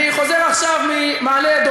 אני חוזר עכשיו ממעלה-אדומים,